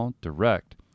direct